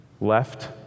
left